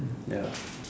ya